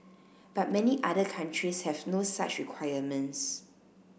but many other countries have no such requirements